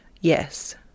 Yes